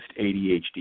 ADHD